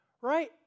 Right